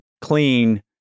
clean